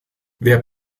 wer